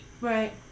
Right